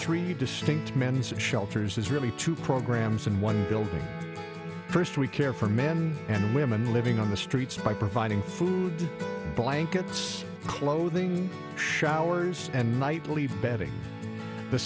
three distinct men's shelters is really two programs in one building first we care for men and women living on the streets by providing food blankets clothing showers and might leave bedding the